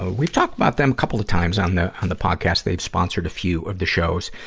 we've talked about them couple of times on the, on the podcast. they've sponsored a few of the shows.